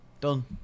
Done